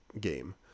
game